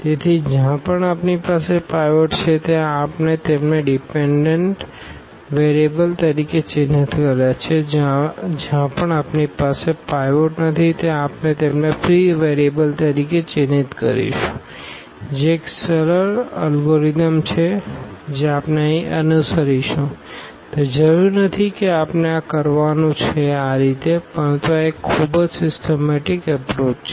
તેથી જ્યાં પણ આપણી પાસે પાઈવોટ છે ત્યાં આપણે તેમને ડીપેનડન્ટ વેરીએબલ તરીકે ચિહ્નિત કર્યા છે અને જ્યાં પણ આપણી પાસે પાઈવોટ નથી ત્યાં આપણે તેમને ફ્રી વેરીએબલ તરીકે ચિહ્નિત કરીશું જે એક સરળ અલ્ગોરિધમ છે જે આપણે અહીં અનુસરીશું તે જરૂરી નથી કે આપણે આ કરવાનું છે આ રીતે પરંતુ આ એક ખૂબ જ સીસટમેટીક એપરોચ છે